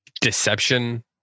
deception